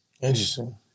Interesting